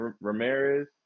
Ramirez